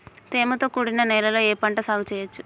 తేమతో కూడిన నేలలో ఏ పంట సాగు చేయచ్చు?